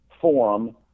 forum